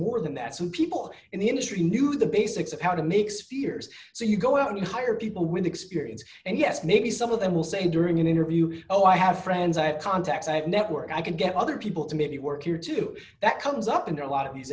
more than that some people in the industry knew the basics of how to mix here's so you go out and hire people with experience and yes maybe some of them will say during an interview oh i have friends i have contacts i have network i could get other people to maybe work here too that comes up in a lot of these